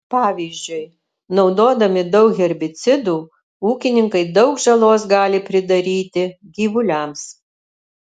pavyzdžiui naudodami daug herbicidų ūkininkai daug žalos gali pridaryti gyvuliams